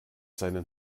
seinen